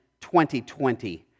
2020